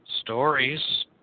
stories